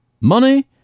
Money